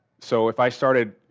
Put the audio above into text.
so, if i started,